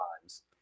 times